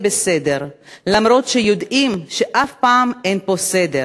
בסדר / למרות שיודעים שאף פעם אין פה סדר.